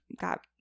got